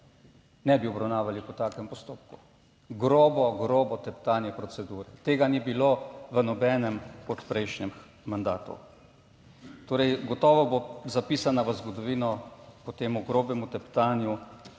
ne bi obravnavali po takem postopku grobo, grobo teptanje procedure, tega ni bilo v nobenem poprejšnjem mandatu. Torej gotovo bo zapisana v zgodovino po tem grobemu teptanju